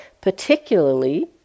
particularly